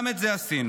גם את זה עשינו.